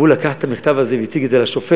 והוא לקח את המכתב הזה והציג את זה לשופט